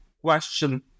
question